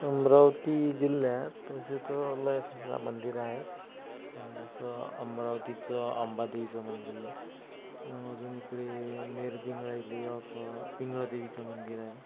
अमरावती जिल्ह्यात तसे तर लय सुंदर मंदिरं आहे जसं अमरावतीचं अंबादेवीचं मंदिर अजून इकडे नेरपिंगळाईला आता पिंगळादेवीचं मंदिर आहे